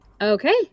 okay